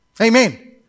Amen